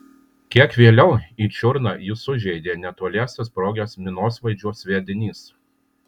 kiek vėliau į čiurną jį sužeidė netoliese sprogęs minosvaidžio sviedinys